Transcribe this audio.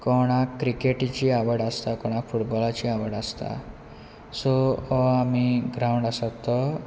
कोणाक क्रिकेटीची आवड आसता कोणाक फुटबॉलाची आवड आसता सो हो आमी ग्रावंड आसात तो